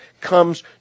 comes